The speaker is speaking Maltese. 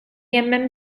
jemmen